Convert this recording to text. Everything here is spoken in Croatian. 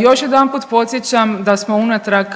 Još jedanput podsjećam da smo unatrag